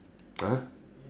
!huh!